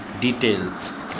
details